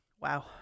Wow